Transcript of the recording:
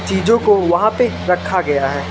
चीजों को वहाँ पे रखा गया है